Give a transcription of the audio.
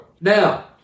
Now